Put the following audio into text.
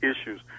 issues